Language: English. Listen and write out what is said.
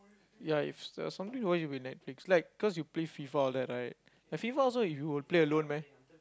ya if there's something to watch it'll be Netflix like cause you play FIFA all that right that like FIFA also you will play alone meh